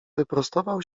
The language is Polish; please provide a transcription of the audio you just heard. wyprostował